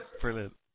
Brilliant